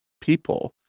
people